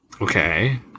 Okay